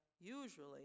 usually